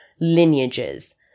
lineages